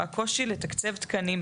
הקושי לתקצב תקנים.